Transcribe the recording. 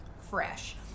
Fresh